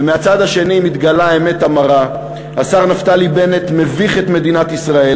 ומהצד השני מתגלה האמת המרה: השר נפתלי בנט מביך את מדינת ישראל